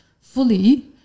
fully